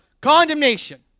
condemnation